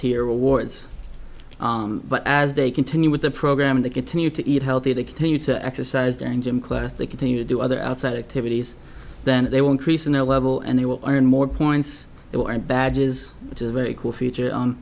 tier awards but as they continue with the program they continue to eat healthy they continue to exercise and gym class they continue to do other outside activities then they will increase in their level and they will earn more points or badges which is a very cool feature on